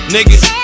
Niggas